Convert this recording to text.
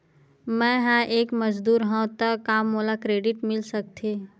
मैं ह एक मजदूर हंव त का मोला क्रेडिट मिल सकथे?